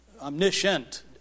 omniscient